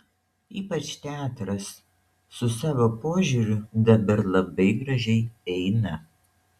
ypač teatras su savo požiūriu dabar labai gražiai eina